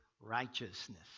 righteousness